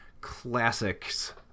classics